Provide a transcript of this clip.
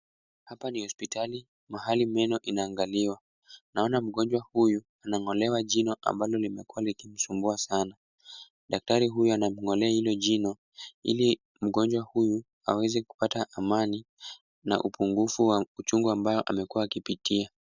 Hapa ni hospitali, mahali meno inaangaliwa. Naona mgonjwa huyu anang'olewa meno ambalo limekuwa likimsumbua sana. Daktari huyu anamng'olea hilo jino, ili mgonjwa huyu aweze kupata amani na upungufu wa uchungu ambayo amekuwa akipitia.